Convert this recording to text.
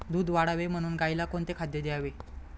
दूध वाढावे म्हणून गाईला कोणते खाद्य द्यावे?